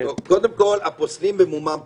קודם כול, הפוסלים במומם פוסלים.